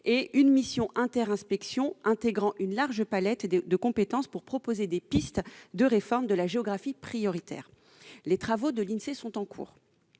; une mission inter-inspections, intégrant une large palette de compétences, doit proposer des pistes de réforme de la géographie prioritaire. Les travaux de l'Insee sont en cours.